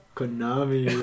Konami